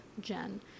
Jen